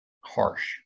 harsh